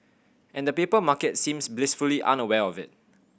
and the paper market seems blissfully unaware of it